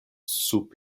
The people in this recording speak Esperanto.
sub